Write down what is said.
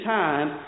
time